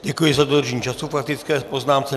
Děkuji za dodržení času k faktické poznámce.